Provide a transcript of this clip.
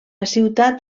ciutat